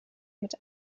mit